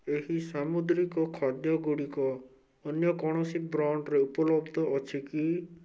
ଏହି ସାମୁଦ୍ରିକ ଖାଦ୍ୟ ଗୁଡ଼ିକ ଅନ୍ୟ କୌଣସି ବ୍ରାଣ୍ଡ୍ରେ ଉପଲବ୍ଧ ଅଛି କି